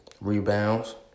rebounds